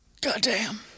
Goddamn